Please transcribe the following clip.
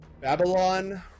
Babylon